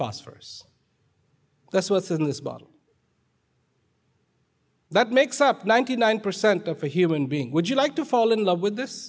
phosphorus that's what's in this bottle that makes up ninety nine percent of a human being would you like to fall in love with this